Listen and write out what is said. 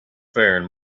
faring